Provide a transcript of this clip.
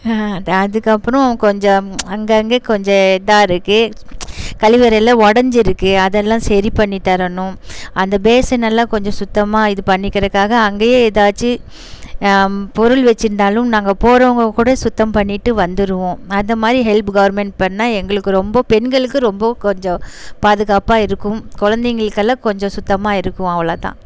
அதுக்கப்புறம் கொஞ்சம் அங்கங்கே கொஞ்சம் இதாக இருக்குது கழிவறையில் உடஞ்சிருக்கு அதெல்லாம் சரி பண்ணித்தரணும் அந்த பேஸன் எல்லாம் கொஞ்சம் சுத்தமாக இது பண்ணிக்கிறதுக்காக அங்கேயே ஏதாச்சி பொருள் வச்சிருந்தாலும் நாங்கள் போகிறவங்க கூட சுத்தம் பண்ணிட்டு வந்துடுவோம் அந்த மாதிரி ஹெல்ப் கவர்மெண்ட் பண்ணால் எங்களுக்கு ரொம்ப பெண்களுக்கு ரொம்ப கொஞ்சம் பாதுகாப்பாக இருக்கும் குழந்தைங்களுக்கெல்லாம் கொஞ்சம் சுத்தமாக இருக்கும் அவ்வளோதான்